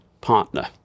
partner